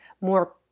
more